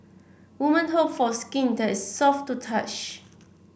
woman hope for skin that is soft to the touch